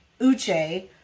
Uche